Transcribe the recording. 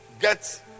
get